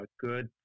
good